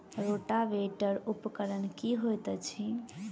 Rotavator उपकरण की हएत अछि?